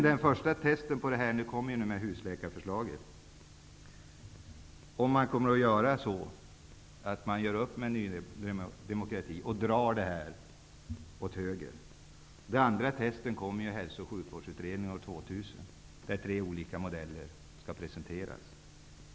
Det första testet på detta kommer nu i och med husläkarförslaget. Om regeringen gör upp med Ny demokrati drar politiken åt höger. Det andra testet kommer i samband med Hälso och sjukvårdsutredningen år 2000, där tre olika modeller skall presenteras.